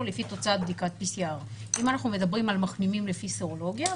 לפי תוצאת בדיקת PCR. אם אנחנו מדברים על מחלימים לפי סרולוגיה,